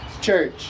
church